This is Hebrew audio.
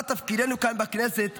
מה תפקידנו כאן בכנסת,